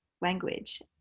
language